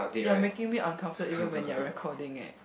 you're making me uncomfortable even when you're recording eh